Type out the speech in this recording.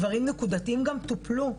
דברים נקודתיים גם טופלו,